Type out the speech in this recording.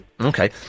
Okay